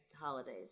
holidays